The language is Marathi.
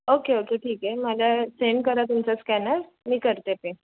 ओके ओके ठीक आहे माझ्या सेंड करा तुमचा स्कॅनर मी करते पे